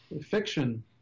fiction